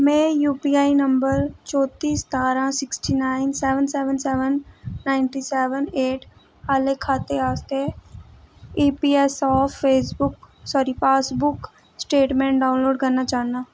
में U P I number चौती सतारां sixty nine seven seven seven ninety seven eight आह्ले खाते आस्तै E P S of Facebook sorry passbook statement download करना चाह्न्नां